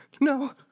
No